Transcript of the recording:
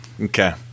okay